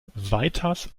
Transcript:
weiters